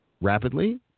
rapidly